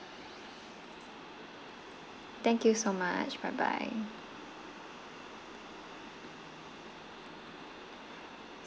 thank you so much bye bye